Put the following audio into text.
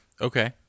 okay